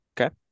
Okay